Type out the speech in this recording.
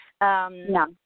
No